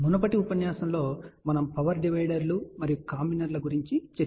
మునుపటి ఉపన్యాసంలో మనము పవర్ డివైడర్లు మరియు కాంబినర్ల గురించి చర్చించాము